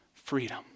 Freedom